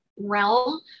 realm